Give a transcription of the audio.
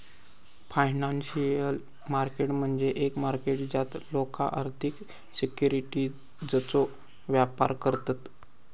financial market म्हणजे एक market ज्यात लोका आर्थिक सिक्युरिटीजचो व्यापार करतत